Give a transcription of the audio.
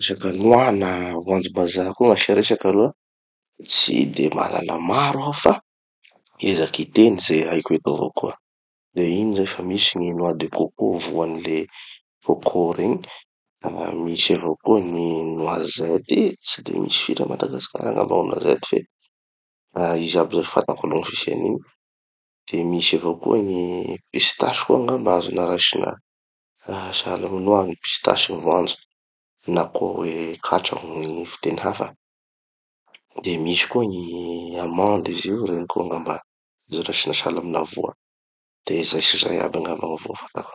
Resaka nois na voanjom-bazaha koa gn'asia resaky aloha. Tsy de mahalala maro aho fa hiezaky hiteny ze haiko eto avao koa. De ino zay fa misy gny nois de coco, voany le coco regny, ah misy avao koa gny noisettes, de tsy misy firy a madagasikara angamba gny noisettes fe ah izy aby zay, fantako aloha gny fisian'igny, de misy avao koa gny pisitasy koa angamba azona raisina ah sahala amy gny nois gny pisitasy gny voanjo na koa hoe katra hoy gny fiteny hafa, de misy koa gny amendes izy io, regny koa angamba azo raisina sahala amina voa. De zay sy zay aby angamba gny voa fantako.